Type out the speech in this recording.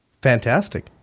Fantastic